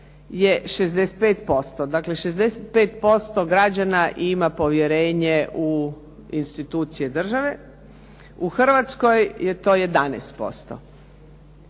je 65%. Dakle, 65% građana ima povjerenje u institucije države. U Hrvatskoj je to 11%,